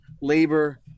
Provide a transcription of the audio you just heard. labor